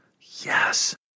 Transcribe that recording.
Yes